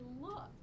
look